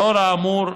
לאור האמור,